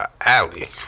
alley